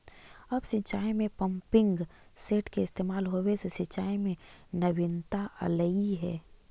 अब सिंचाई में पम्पिंग सेट के इस्तेमाल होवे से सिंचाई में नवीनता अलइ हे